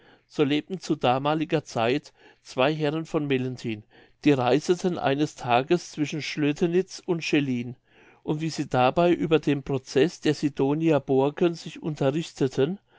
so lebten zu damaliger zeit zwei herren von mellenthin die reiseten eines tages zwischen schlötenitz und schellin und wie sie dabei über den prozeß der sidonia borken sich unterredeten